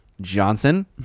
Johnson